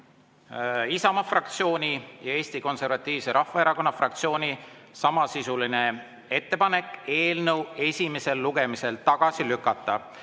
Isamaa fraktsiooni ja Eesti Konservatiivse Rahvaerakonna fraktsiooni sama sisuga ettepanek eelnõu esimesel lugemisel tagasi lükata.